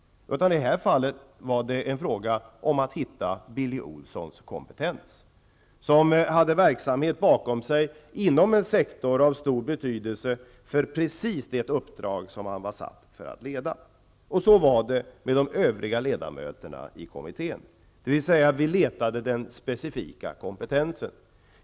Det var fråga om att hitta Billy Olssons kompetens. Han hade verksamhet bakom sig inom en sektor av stor betydelse för precis det uppdrag som han sattes att leda, och så var det med de övriga ledamöterna i kommittén. Vi letade alltså efter den specifika kompetensen.